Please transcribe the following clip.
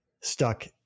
stuck